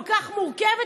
כל כך מורכבת,